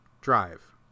drive